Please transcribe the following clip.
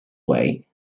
way